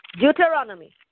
Deuteronomy